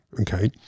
Okay